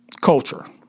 culture